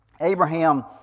Abraham